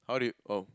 how did oh